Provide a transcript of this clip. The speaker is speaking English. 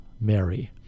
Mary